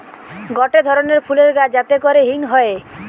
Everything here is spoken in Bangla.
গটে ধরণের ফুলের গাছ যাতে করে হিং হয়ে